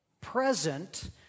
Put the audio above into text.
present